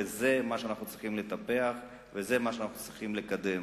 וזה מה שאנחנו צריכים לטפח וזה מה שאנחנו צריכים לקדם.